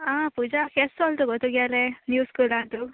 आं पुजा केश चलता गो तुगेलें न्यू स्कुलांतू